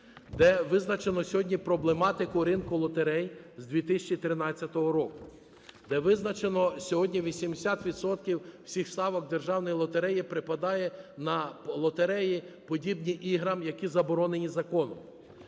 де визначено сьогодні проблематику ринку лотерей з 2013 року, де визначено сьогодні 80 відсотків всіх ставок державної лотереї припадає на лотереї, подібні іграм, які заборонені законом.